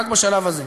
רק בשלב הזה.